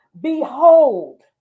Behold